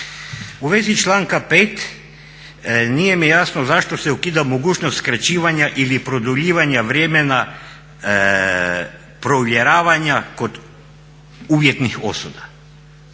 U vezi članka 5. nije mi jasno zašto se ukida mogućnost skraćivanja ili produljivanja vremena provjeravanja kod uvjetnih osuda.